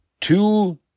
two